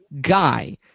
guy